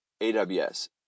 AWS